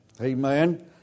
Amen